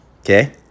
Okay